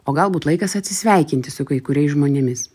o galbūt laikas atsisveikinti su kai kuriais žmonėmis